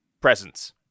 presents